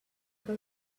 que